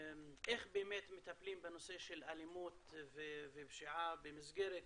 איך מטפלים בנושא של אלימות ופשיעה במסגרת